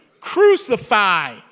crucify